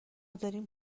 داریم